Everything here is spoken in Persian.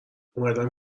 اومدم